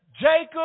Jacob